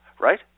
Right